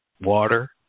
water